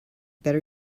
better